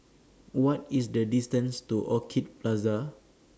What IS The distance to Orchid Plaza